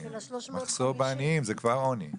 מחסור בעניים, זה כבר עוני.